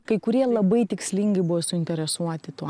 kai kurie labai tikslingai buvo suinteresuoti tuo